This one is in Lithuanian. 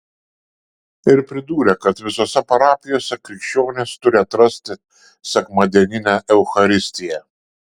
ir pridūrė kad visose parapijose krikščionys turi atrasti sekmadieninę eucharistiją